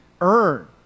earn